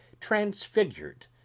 transfigured